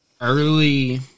early